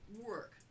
work